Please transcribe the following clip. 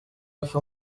hafi